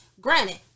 Granted